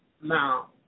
Now